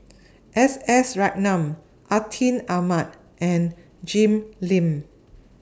S S Ratnam Atin Amat and Jim Lim